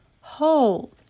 Hold